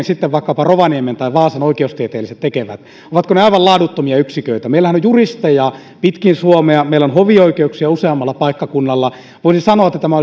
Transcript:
sitten vaikkapa rovaniemen tai vaasan oikeustieteelliset tekevät ovatko ne aivan laaduttomia yksiköitä meillähän on juristeja pitkin suomea meillä on hovioikeuksia useammalla paikkakunnalla voisi sanoa että tämä